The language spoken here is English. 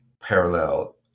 parallel